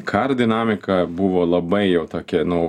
karo dinamika buvo labai jau tokia nu